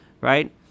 right